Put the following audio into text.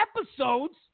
episodes